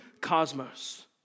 cosmos